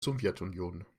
sowjetunion